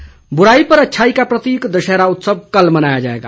दशहरा बुराई पर अच्छाई का प्रतीक दशहरा उत्सव कल मनाया जाएगा